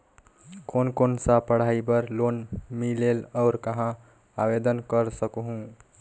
कोन कोन सा पढ़ाई बर लोन मिलेल और कहाँ आवेदन कर सकहुं?